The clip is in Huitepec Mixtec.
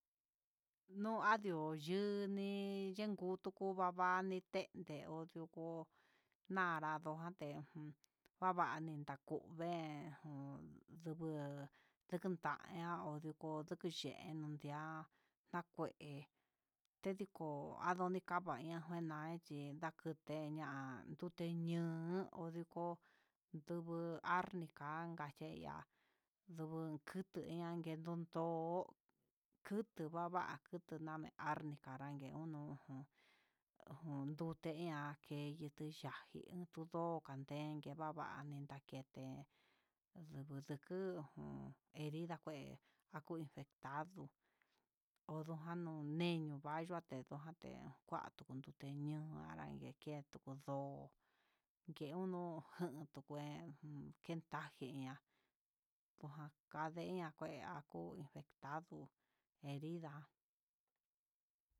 Nuu ayiu nduni tengo kundava'a nitente onrio ngo nadarote ujun, kuavani takuvee jun, nduu ndututañe'a oduku yuku yeen nakue, tedii ko'o andonde kava'a ña'a che ndakute ña'a ndute ño'o odiko, ndu arnica kache'e ya'á, ndun kutu ihá nundan kó, kutu vava'a kutu yo'ó, arnica arangue uno ujun uun ndute ña'a ke'é, yute yaji ndudó kande navani ndakete ndú nduku jun erigue naku infectado onujan nunéño vando tute ñun ndavanio kétu ndó ndeuno njen tukuen, kenda jin ña'a nakandeña kué akuu infectado herida.